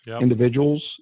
individuals